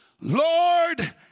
Lord